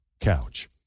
couch